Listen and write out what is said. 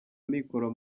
amikoro